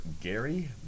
Gary